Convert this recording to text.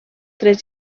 tres